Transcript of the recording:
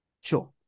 sure